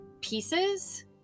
pieces